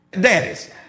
Daddies